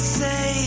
say